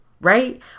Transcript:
right